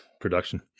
production